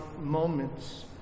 moments